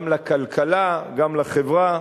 גם לכלכלה, גם לחברה.